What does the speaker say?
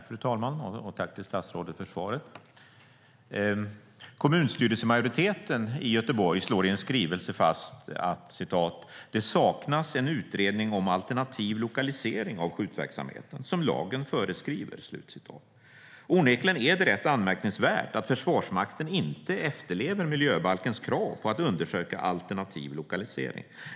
Fru talman! Tack till statsrådet för svaret! Kommunstyrelsemajoriteten i Göteborg slår i en skrivelse fast: "Det saknas en utredning om alternativ lokalisering av skjutverksamheten som lagen föreskriver." Onekligen är det rätt anmärkningsvärt att Försvarsmakten inte efterlever miljöbalkens krav på att undersöka alternativ lokalisering.